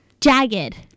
Jagged